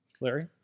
Larry